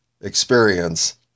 experience